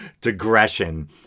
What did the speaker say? digression